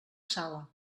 sala